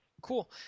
cool